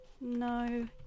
No